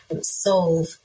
solve